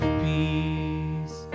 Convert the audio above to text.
peace